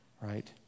right